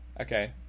Okay